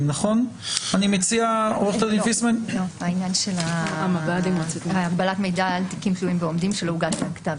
ביחס לתיקים תלויים ועומדים שלא הוגש בהם כתב